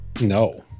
No